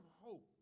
hope